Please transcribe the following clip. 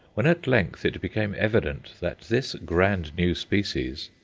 when at length it became evident that this grand new species,